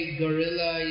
gorilla